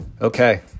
Okay